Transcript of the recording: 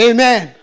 Amen